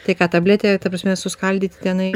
tai ką tabletę ta prasme suskaldyti tenai